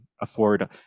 afford